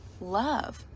love